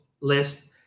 list